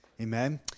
Amen